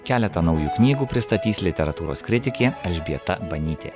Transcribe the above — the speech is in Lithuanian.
keletą naujų knygų pristatys literatūros kritikė elžbieta banytė